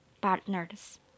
partners